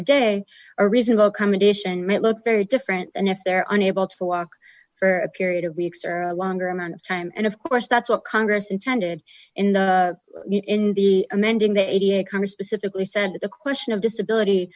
a day a reasonable accommodation met look very different than if they're unable to walk for a period of weeks or a longer amount of time and of course that's what congress intended in the in the amending the idiot congress specifically said that the question of disability